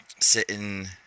sitting